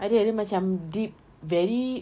ada dia macam deep very